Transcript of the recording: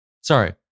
Sorry